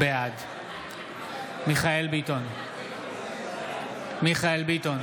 בעד מיכאל מרדכי ביטון,